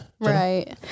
right